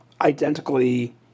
identically